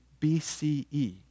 BCE